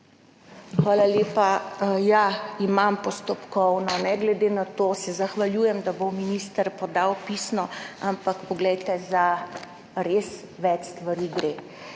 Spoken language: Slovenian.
Hvala lepa. Ja, imam postopkovno. Ne glede na to se zahvaljujem, da bo minister podal pisni odgovor, ampak res gre za več stvari.